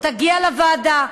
תגיע לוועדה.